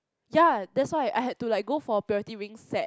ya that's why I had to like go for Purity Ring set